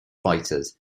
fighters